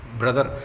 brother